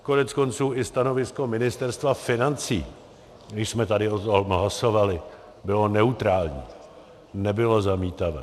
Koneckonců i stanovisko Ministerstva financí, když jsme tady o tom hlasovali, bylo neutrální, nebylo zamítavé.